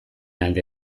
alde